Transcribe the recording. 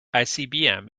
icbm